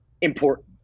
important